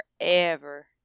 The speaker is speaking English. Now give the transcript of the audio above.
forever